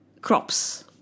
crops